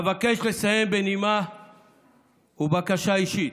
אבקש לסיים בנימה ובבקשה אישית: